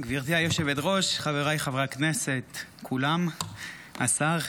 גברתי היושבת-ראש, חבריי חברי הכנסת, כולם, השר,